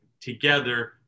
together